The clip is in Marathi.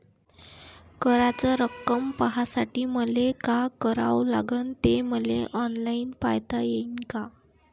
कराच रक्कम पाहासाठी मले का करावं लागन, ते मले ऑनलाईन पायता येईन का?